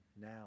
now